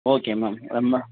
okay ma'am ரொம்ப